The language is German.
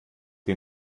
die